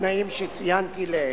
בתנאים שציינתי לעיל.